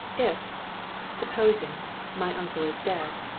if supposing my uncle is dead,